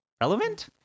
relevant